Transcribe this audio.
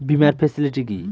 বীমার ফেসিলিটি কি?